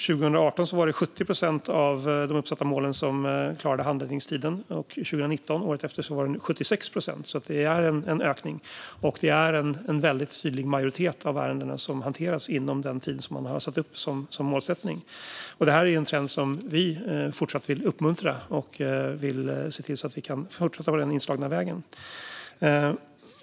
År 2018 var det 70 procent av de uppsatta målen som klarade handläggningstiden, och 2019 var det 76 procent. Det är en ökning, och det är en väldigt tydlig majoritet av ärendena som hanteras inom den tid som man har satt upp som målsättning. Det här är en trend som vi fortsatt vill uppmuntra, och vi vill se till att vi kan fortsätta på den inslagna vägen.